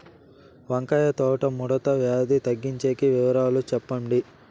వంకాయ తోట ముడత వ్యాధి తగ్గించేకి వివరాలు చెప్పండి?